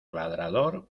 ladrador